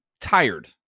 tired